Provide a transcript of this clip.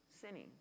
sinning